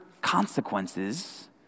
consequences